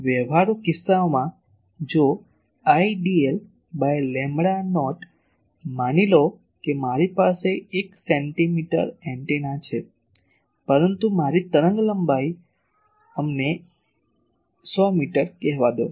હવે વ્યવહારુ કિસ્સાઓમાં જો Idl બાય લેમ્બડા નોટ માની લો કે મારી પાસે એક સેન્ટીમીટર એન્ટેના છે પરંતુ મારી તરંગ લંબાઈ અમને 100 મીટર કહેવા દો